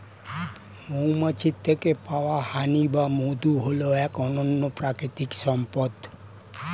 মৌমাছির থেকে পাওয়া হানি বা মধু হল এক অনন্য প্রাকৃতিক সম্পদ